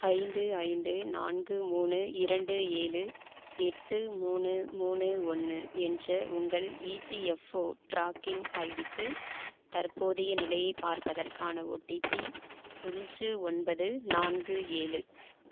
ஐந்து ஐந்து நான்கு மூணு இரண்டு ஏழு எட்டு மூணு மூணு ஒன்று என்ற உங்கள் இபிஎஃப்ஓ ட்ராக்கிங் ஐடிக்கு தற்போதைய நிலையைப் பார்ப்பதற்கான ஓடிபி ஒன்று ஒன்பது நான்கு ஏழு